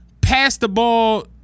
pass-the-ball